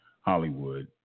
Hollywood